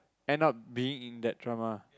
end up being in that drama